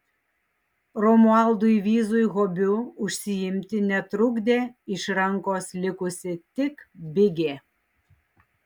romualdui vyzui hobiu užsiimti netrukdė iš rankos likusi tik bigė